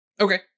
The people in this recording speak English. Okay